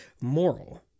moral